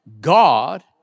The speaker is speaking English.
God